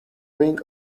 ring